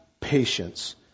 patience